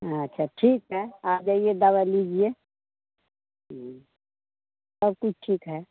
अच्छा ठीक है आ जाइए दवा लीजिए सब कुछ ठीक है